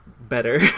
better